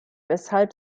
weshalb